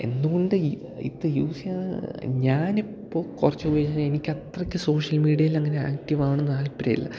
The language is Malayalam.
എന്തു കൊണ്ട് ഇത് യൂസ് ചെയ്യുക ഞാനിപ്പോൾ കുറച്ച് ഉപയോഗിച്ചാൽ എനിക്കത്രയ്ക്ക് സോഷ്യൽ മീഡിയയിൽ അങ്ങനെ ആക്റ്റീവാകണമെന്നു താല്പര്യമില്ല